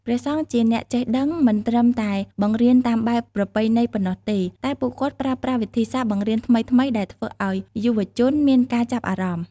ព្រះសង្ឃជាអ្នកចេះដឹងមិនត្រឹមតែបង្រៀនតាមបែបប្រពៃណីប៉ុណ្ណោះទេ តែពួកគាត់ប្រើប្រាស់វិធីសាស្ត្របង្រៀនថ្មីៗដែលធ្វើឲ្យយុវជនមានការចាប់អារម្មណ៍។